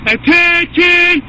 Attention